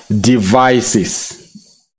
devices